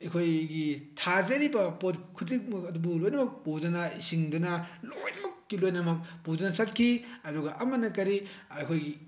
ꯑꯩꯈꯣꯏꯒꯤ ꯊꯥꯖꯔꯤꯕ ꯄꯣꯠ ꯈꯨꯗꯤꯡꯃꯛ ꯑꯗꯨꯕꯨ ꯂꯣꯏꯅꯃꯛ ꯄꯨꯗꯨꯅ ꯏꯁꯤꯡꯗꯨꯅ ꯂꯣꯏꯅꯃꯛꯀꯤ ꯂꯣꯏꯅꯃꯛ ꯄꯨꯗꯨꯅ ꯆꯠꯈꯤ ꯑꯗꯨꯒ ꯑꯃꯅ ꯀꯔꯤ ꯑꯩꯈꯣꯏꯒꯤ